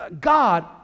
God